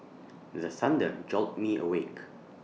the thunder jolt me awake